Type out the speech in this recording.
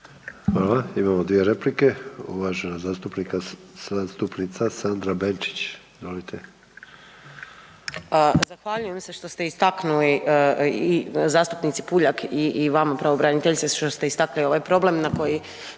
Hvala. Imamo 2 replike. Uvažena zastupnica Sandra Benčić, izvolite. **Benčić, Sandra (Možemo!)** Zahvaljujem se što ste istaknuli i zastupnici Puljak i vama pravobraniteljice što ste istaknuli ovaj problem na koji